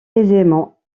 aisément